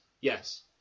Yes